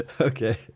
Okay